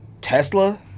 Tesla